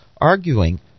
arguing